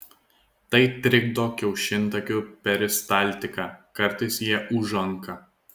tai trikdo kiaušintakių peristaltiką kartais jie užanka